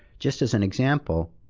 just as an example,